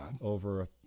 over